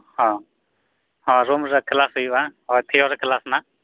ᱦᱮᱸ ᱦᱮᱸ ᱨᱩᱢᱨᱮ ᱠᱞᱟᱥ ᱦᱩᱭᱩᱜᱼᱟ ᱛᱷᱤᱭᱳᱨᱤ ᱠᱞᱟᱥ ᱱᱟᱦᱟᱸᱜ